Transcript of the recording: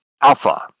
alpha